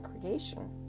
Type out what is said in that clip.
creation